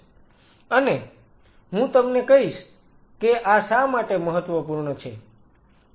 Refer Time 0743 અને હું તમને કહીશ કે આ શા માટે મહત્વપૂર્ણ છે